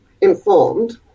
informed